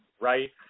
right